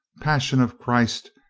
passion of christ!